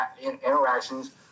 interactions